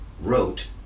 wrote